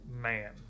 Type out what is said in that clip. man